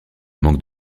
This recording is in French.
manque